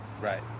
right